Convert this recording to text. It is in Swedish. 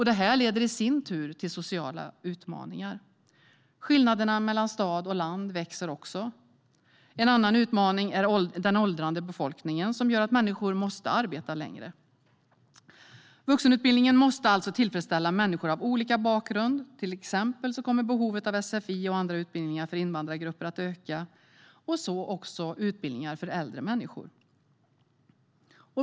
Det leder i sin tur till växande sociala utmaningar. Skillnaderna mellan stad och land växer också. En annan utmaning är den åldrande befolkningen som gör att människor måste arbeta längre. Vuxenutbildningen måste alltså tillfredsställa människor av olika bakgrund, till exempel kommer behovet av sfi och andra utbildningar för invandrargrupper att öka och så också utbildningar för äldre människor.